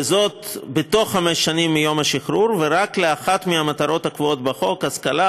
וזאת בתוך חמש שנים מיום השחרור ורק לאחת מהמטרות הקבועות בחוק: השכלה,